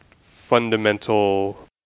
fundamental